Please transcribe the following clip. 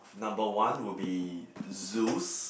number one will be Zeus